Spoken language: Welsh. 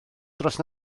dros